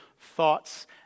thoughts